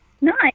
Nice